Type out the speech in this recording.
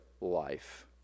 life